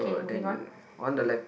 okay moving on